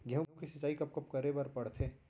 गेहूँ के सिंचाई कब कब करे बर पड़थे?